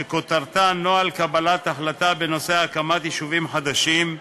שכותרתה "נוהל קבלת החלטה בנושא הקמת יישובים חדשים",